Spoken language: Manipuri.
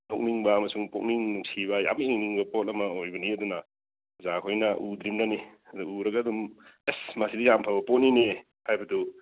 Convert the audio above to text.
ꯅꯣꯛꯅꯤꯡꯕ ꯑꯃꯁꯨꯡ ꯄꯨꯛꯅꯤꯡ ꯅꯨꯡꯁꯤꯕ ꯌꯥꯝ ꯌꯦꯡꯅꯤꯡꯕ ꯄꯣꯠ ꯑꯃ ꯑꯣꯏꯕꯅꯤ ꯑꯗꯨꯅ ꯑꯣꯖꯥ ꯈꯣꯏꯅ ꯎꯗ꯭ꯔꯤꯕꯅꯅꯤ ꯑꯗꯨ ꯎꯔꯒ ꯑꯗꯨꯝ ꯑꯦꯁ ꯃꯁꯤꯗꯤ ꯌꯥꯝ ꯐꯕ ꯄꯣꯠꯅꯤꯅꯦꯍꯥꯏꯕꯗꯨ